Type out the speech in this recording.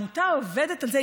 העמותה עובדת על זה,